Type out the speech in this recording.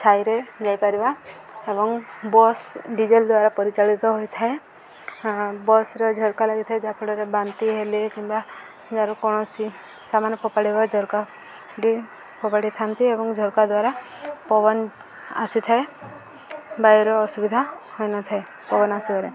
ଛାଇରେ ଯାଇପାରିବା ଏବଂ ବସ୍ ଡିଜେଲ ଦ୍ୱାରା ପରିଚାଳିତ ହୋଇଥାଏ ବସ୍ରେ ଝରକା ଲାଗିଥାଏ ଯାହାଫଳରେ ବାନ୍ତି ହେଲେ କିମ୍ବା ଯାହାର କୌଣସି ସାମାନ୍ ଫୋପାଡ଼ିବା ଝରକା ପଟେ ଫୋପାଡ଼ିଥାନ୍ତି ଏବଂ ଝରକା ଦ୍ୱାରା ପବନ ଆସିଥାଏ ଅସୁବିଧା ହୋଇନଥାଏ ପବନ ଆସିବାରେ